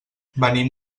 venim